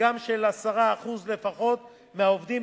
במדגם של 10% לפחות מהעובדים,